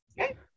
Okay